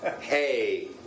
Hey